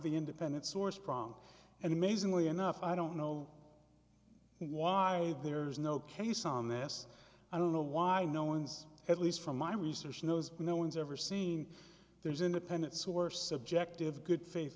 the independent source prom and amazingly enough i don't know why there's no case on this i don't know why no one's at least from my research knows no one's ever seen there's independent source objective good faith